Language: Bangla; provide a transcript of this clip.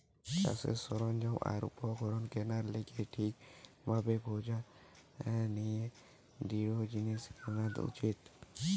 চাষের সরঞ্জাম আর উপকরণ কেনার লিগে ঠিক ভাবে খোঁজ নিয়ে দৃঢ় জিনিস কেনা উচিত